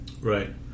Right